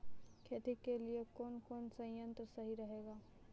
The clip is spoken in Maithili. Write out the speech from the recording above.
खेती के लिए कौन कौन संयंत्र सही रहेगा?